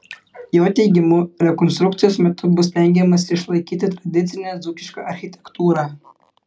jo teigimu rekonstrukcijos metu bus stengiamasi išlaikyti tradicinę dzūkišką architektūrą